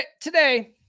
today